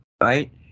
right